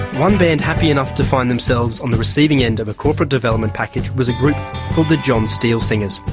one band happy enough to find themselves on the receiving end of a corporate development package was a group called the john steel singers.